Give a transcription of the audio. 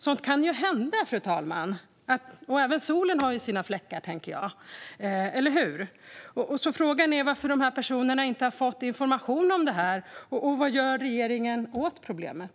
Sådant kan hända, fru talman, och även solen har sina fläckar - eller hur? Frågan är alltså varför dessa personer inte har fått information om detta. Vad gör regeringen åt problemet?